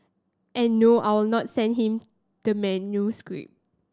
and no I'll not send him the manuscript